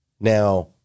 Now